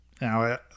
Now